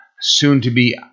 soon-to-be